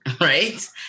Right